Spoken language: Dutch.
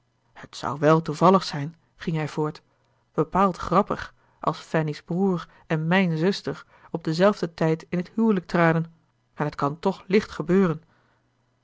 het zou wèl toevallig zijn ging hij voort bepaald grappig als fanny's broer en mijn zuster op den zelfden tijd in t huwelijk traden en t kan toch licht gebeuren